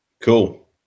cool